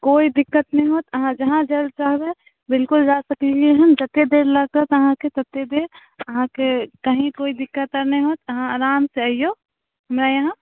कोइ दिक्कत नहि हैत अहाँ जहाँ जाइलए चाहबै बिलकुल जा सकलिए हँ जतेक देर लागत ततेक देर अहाँके कहीँ कोइ दिक्कत आओर नहि हैत अहाँ आरामसँ अइऔ हमरा यहाँ